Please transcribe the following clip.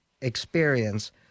experience